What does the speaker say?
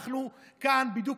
אנחנו כאן בדיוק,